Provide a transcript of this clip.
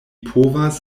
povas